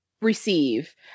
receive